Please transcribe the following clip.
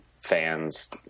fans